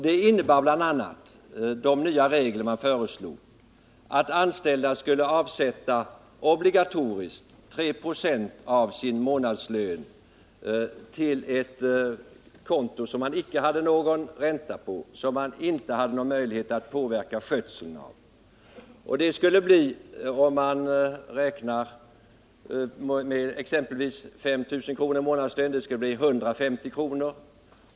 De regler som man då föreslog innebar bl.a. att anställda obligatoriskt skulle avsätta 3 20 av sin månadslön till ett konto som man icke hade någon ränta på och som man inte hade någon möjlighet att påverka skötseln av. Det skulle innebära 150 kr. på en månadslön på 5 000 kr. och 210 kr.